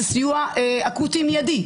זה סיוע אקוטי מידי,